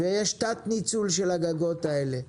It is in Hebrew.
ויש תת-ניצול של הגגות האלה.